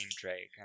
drake